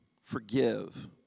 forgive